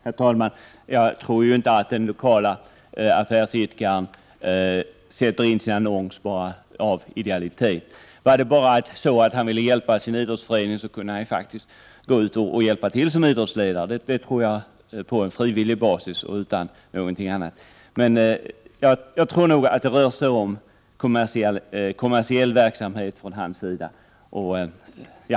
Herr talman! Jag tror inte att den lokala affärsidkaren sätter in sin annons bara av idealitet. Om han bara ville hjälpa sin idrottsförening kunde han faktiskt ha hjälpt till, exempelvis som idrottsledare på frivillig basis. Jag tror nog att det rör sig om kommersiell verksamhet från vederbörandes sida.